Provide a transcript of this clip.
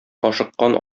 ашыккан